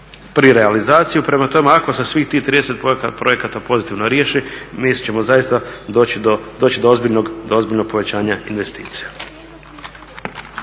pri realizaciji. Prema tome, ako se svih tih 30 projekata pozitivno riješi mi ćemo zaista doći do ozbiljnog povećanja investicija.